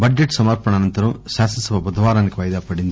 budget సమర్పణ అనంతరం శాసనసభ బుధవారానికి వాయిదాపడింది